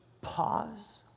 pause